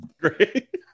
Great